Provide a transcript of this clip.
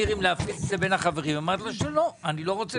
יהיה תחילת